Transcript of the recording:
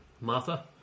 Martha